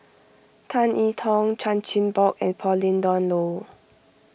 Tan E Tong Chan Chin Bock and Pauline Dawn Loh